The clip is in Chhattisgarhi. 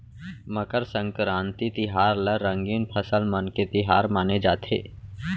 मकर संकरांति तिहार ल रंगीन फसल मन के तिहार माने जाथे